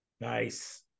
nice